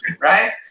Right